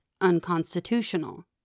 unconstitutional